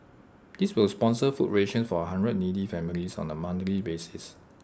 this will sponsor food rations for A hundred needy families on A monthly basis